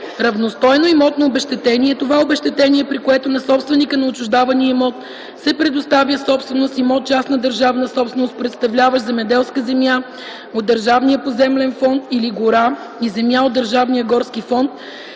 „Равностойно имотно обезщетение” е това обезщетение, при което на собственика на отчуждавания имот се предоставя в собственост имот частна държавна собственост, представляващ земеделска земя от държавния поземлен фонд или гора и земя от държавния горски фонд,